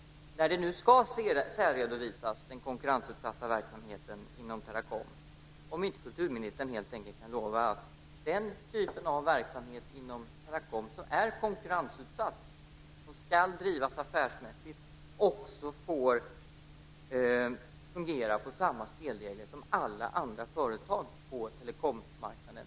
- när nu den konkurrensutsatta verksamheten inom Teracom ska särredovisas - att denna typ av verksamhet, som ska drivas affärsmässigt, får fungera med samma spelregler som alla andra företag på telekommarknaden.